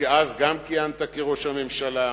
גם אז כיהנת כראש הממשלה.